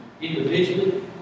individually